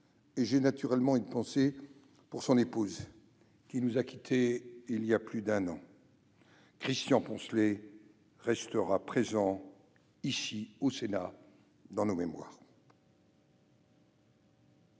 J'ai naturellement une pensée pour son épouse, qui nous a quittés il y a plus d'un an. Christian Poncelet restera présent dans nos mémoires